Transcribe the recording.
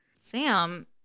Sam